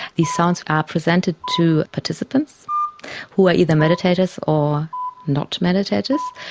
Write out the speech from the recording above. these sounds are presented to participants who are either meditators or not meditators.